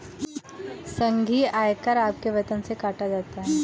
संघीय आयकर आपके वेतन से काटा जाता हैं